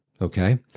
Okay